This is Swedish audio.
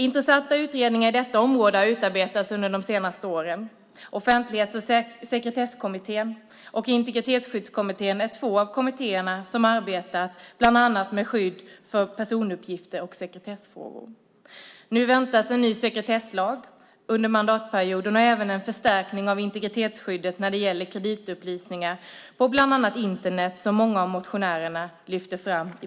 Intressanta utredningar på detta område har utarbetats under de senaste åren, Offentlighets och sekretesskommittén och Integritetsskyddskommittén är två av kommittéerna som arbetat med bland annat skydd för personuppgifter och sekretessfrågor. Nu väntas en ny sekretesslag under mandatperioden och även en förstärkning av integritetsskyddet när det gäller kreditupplysningar på bland annat Internet som många av motionärerna lyfter fram.